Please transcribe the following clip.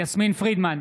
יסמין פרידמן,